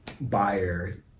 buyer